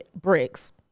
bricks